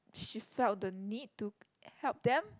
she felt the need to help them